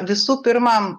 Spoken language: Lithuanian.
visų pirma